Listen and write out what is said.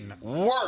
work